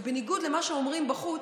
ובניגוד למה שאומרים בחוץ,